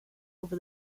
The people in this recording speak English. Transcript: over